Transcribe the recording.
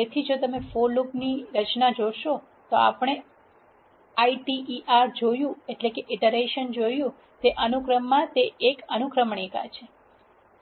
તેથી જો તમે ફોર લૂપ માટેની રચના જોશો તો આપણે iter જોયું તે અનુક્રમમાં તે એક અનુક્રમણિકા છે